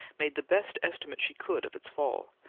made the best estimate she could of its fall,